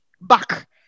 back